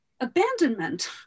abandonment